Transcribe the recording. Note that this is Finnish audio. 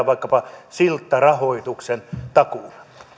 vaikkapa siltarahoituksen takuuna arvoisa